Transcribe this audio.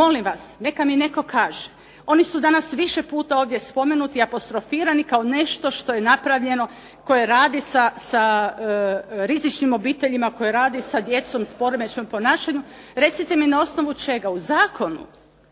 molim vas, neka mi netko kaže, oni su danas više puta ovdje spomenuti, apostrofirani kao nešto što je napravljeno, koje radi sa rizičnim obiteljima, koje radi sa djecom s poremećajem u ponašanju, recite mi na osnovu čega, u Zakonu